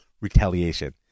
retaliation